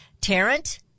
Tarrant